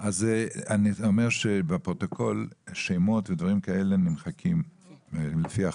אני אומר שבפרוטוקול שמות ודברים כאלה נמחקים לפי החוק.